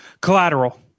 Collateral